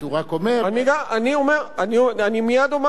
אני מייד אומר על אירן כמה מלים, אדוני היושב-ראש.